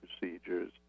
procedures